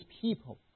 people